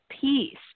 peace